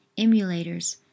emulators